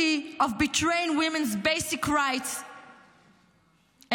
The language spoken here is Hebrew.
We found Israeli women shot in their